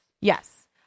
Yes